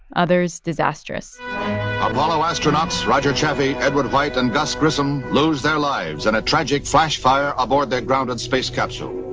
others disastrous apollo astronauts roger chaffee, edward white and gus grissom lose their lives in and a tragic flash fire aboard their grounded space capsule.